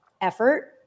effort